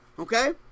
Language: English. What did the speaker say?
Okay